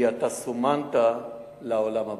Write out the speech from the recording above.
כי אתה סומנת לעולם הבא".